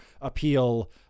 appeal